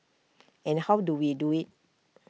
and how do we do IT